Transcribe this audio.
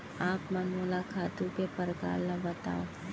आप मन मोला खातू के प्रकार ल बतावव?